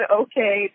okay